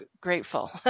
grateful